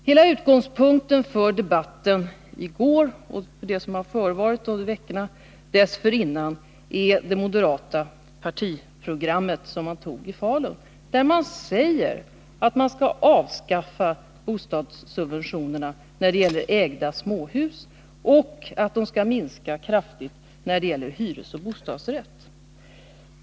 Hela utgångspunkten för debatten i går och det som förevarit under veckorna dessförinnan är det moderata partiprogrammet, som antogs i Falun, där man säger att man skall avskaffa bostadssubventionerna när det gäller ägda småhus och att de skall minska kraftigt när det gäller hyresoch bostadsrätt.